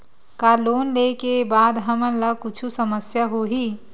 का लोन ले के बाद हमन ला कुछु समस्या होही?